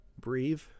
Breathe